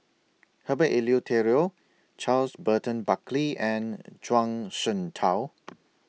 Herbert Eleuterio Charles Burton Buckley and Zhuang Shengtao